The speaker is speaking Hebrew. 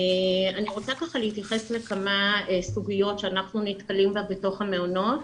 אני רוצה להתייחס לכמה סוגיות שאנחנו נתקלים בהן בתוך המעונות.